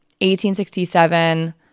1867